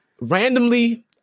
Randomly